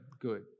good